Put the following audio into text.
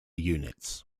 units